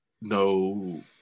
no